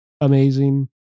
amazing